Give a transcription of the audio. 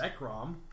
Zekrom